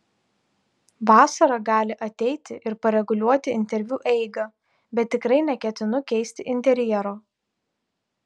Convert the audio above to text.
vasara gali ateiti ir pareguliuoti interviu eigą bet tikrai neketinu keisti interjero